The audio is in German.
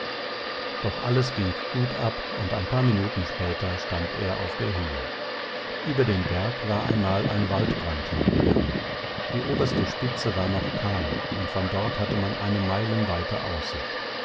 doch alles ging gut ab und ein paar minuten später stand er auf der höhe über den berg war einmal ein waldbrand hingegangen die oberste spitze war noch kahl und von dort hatte man eine meilenweite aussicht